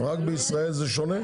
רק בישראל זה שונה?